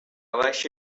baixa